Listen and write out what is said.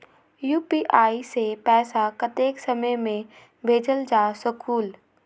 UPI से पैसा कतेक समय मे भेजल जा स्कूल?